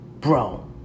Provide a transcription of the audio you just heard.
Bro